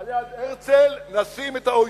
על יד הרצל נשים את ה-OECD.